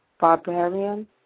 barbarian